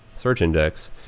search index,